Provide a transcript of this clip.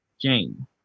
Jane